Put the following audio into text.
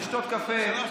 לשתות קפה,